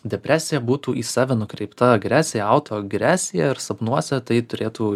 depresija būtų į save nukreipta agresija autoagresija ir sapnuose tai turėtų